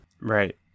Right